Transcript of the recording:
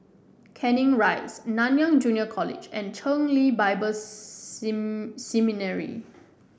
Canning Rise Nanyang Junior College and Chen Lien Bible seem Seminary